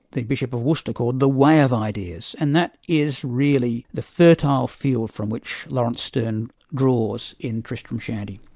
the bishop of worcester called the way of ideas. and that is really the fertile field from which laurence sterne draws in tristram shandy.